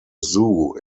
zoo